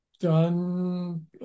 done